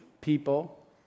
people